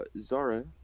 Zara